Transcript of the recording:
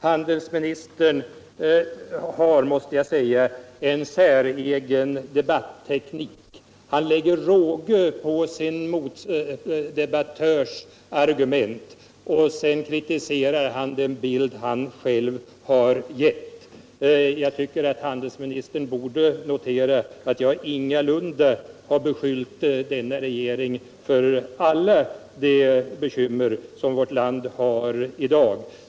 Handelsministern har, måste jag säga, en säregen debatteknik. Han lägger råge på sin motdebattörs argument, och sedan kritiserar han den bild som han själv har givit. Jag tycker att handelsministern borde notera att jag ingalunda har beskyllt denna regering för alla de bekymmer som vårt land i dag har.